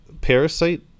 parasite